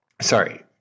Sorry